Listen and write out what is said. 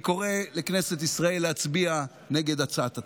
אני קורא לכנסת ישראל להצביע נגד הצעת התקציב.